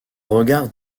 regard